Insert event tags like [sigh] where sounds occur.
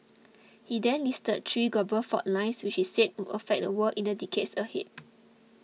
[noise] he then listed three global fault lines which he said would affect the world in the decades ahead [noise]